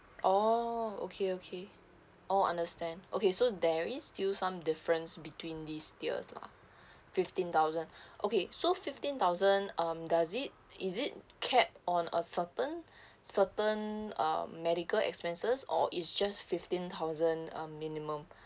oh okay okay oh understand okay so there is still some difference between these tiers lah fifteen thousand okay so fifteen thousand um does it is it capped on a certain certain uh medical expenses or is just fifteen thousand um minimum